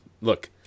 look